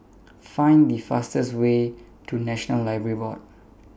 Find The fastest Way to National Library Board